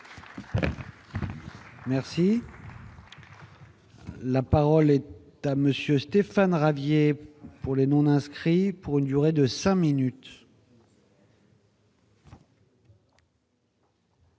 remercie. La parole est à monsieur Stéphane Ravier pour les non inscrits pour une durée de 5 minutes.